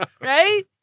Right